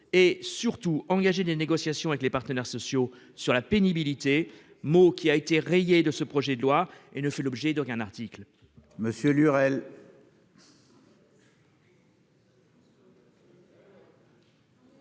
et surtout engager des négociations avec les partenaires sociaux sur la pénibilité. Mais ce mot a été rayé du projet de loi et ne fait l'objet d'aucun article